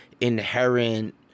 inherent